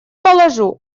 положу